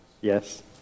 Yes